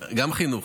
גם חינוך.